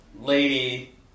lady